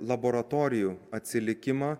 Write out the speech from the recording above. laboratorijų atsilikimą